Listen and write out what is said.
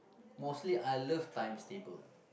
mostly I loves times table